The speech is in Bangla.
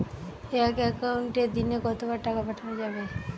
এক একাউন্টে দিনে কতবার টাকা পাঠানো যাবে?